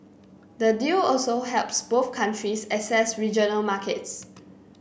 the deal also helps both countries access regional markets